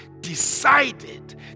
decided